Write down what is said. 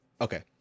okay